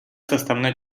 составной